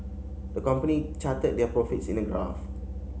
the company charted their profits in a graph